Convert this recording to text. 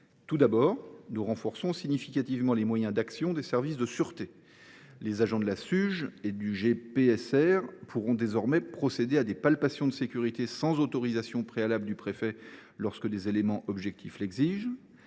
Tout d’abord, nous renforçons significativement les moyens d’action des services de sûreté. Les agents de la Suge et du GPSR pourront désormais procéder à des palpations de sécurité sans autorisation préalable du préfet lorsque des éléments objectifs l’exigent.